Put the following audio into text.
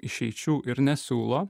išeičių ir nesiūlo